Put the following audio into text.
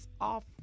off